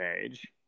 page